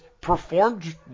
performed